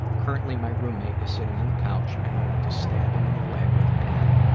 currently my roommate is sitting on the couch, and i want to stab him in the leg with a pen,